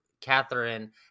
Catherine